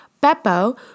Beppo